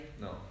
no